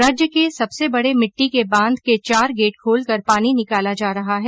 राज्य के सबसे बडे मिट्टी के बांध के चार गेट खोलकर पानी निकाला जा रहा है